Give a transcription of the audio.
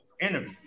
interview